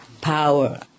power